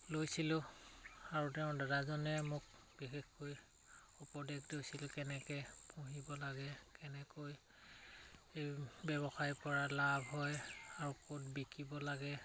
লৈছিলোঁ আৰু তেওঁ দাদাজনে মোক বিশেষকৈ উপদেশ লৈছিল কেনেকে পুহিব লাগে কেনেকৈ এই ব্যৱসায় পৰা লাভ হয় আৰু ক'ত বিকিব লাগে